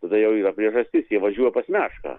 tada jau yra priežastis jie važiuoja pas mešką